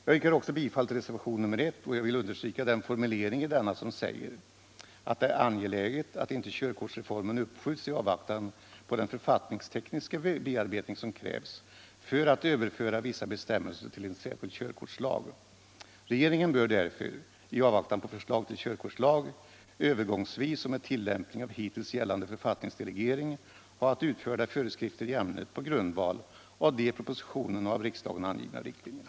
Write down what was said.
Jag yrkar också bifall till reservation nr 1, och jag vill understryka den formulering i denna som säger att det är angeläget att inte körkortsreformen uppskjuts i avvaktan på den författningstekniska bearbet ning som krävs för att överföra vissa bestämmelser till en särskild körkortslag. Regeringen bör därför — i avvaktan på förslag till körkortslag —- övergångsvis och med tillämpning av hittills gällande författningsdelegering ha att utfärda föreskrifter i ämnet på grundval av de i propositionen och av riksdagen angivna riktlinjerna.